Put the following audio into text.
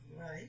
Right